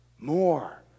more